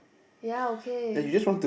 ya okay